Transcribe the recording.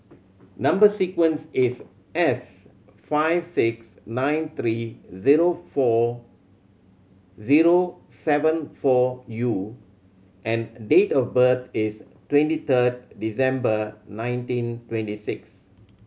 number sequence is S five six nine three zero four zero seven four U and date of birth is twenty third December nineteen twenty six